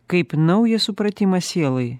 kaip naują supratimą sielai